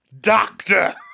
Doctor